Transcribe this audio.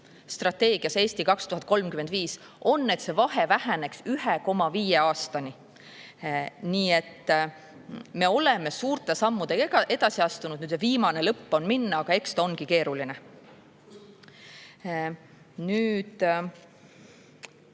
strateegias "Eesti 2035" on, et see vahe väheneks 1,5 aastani. Nii et me oleme suurte sammudega edasi astunud, viimane lõpp on minna, aga eks see ongi keeruline. Nüüd,